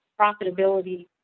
profitability